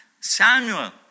Samuel